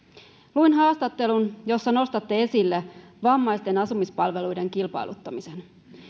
luin haastattelun jossa nostitte esille vammaisten asumispalveluiden kilpailuttamisen